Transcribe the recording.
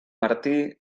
martí